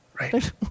Right